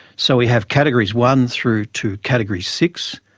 so we have categories one through to category six,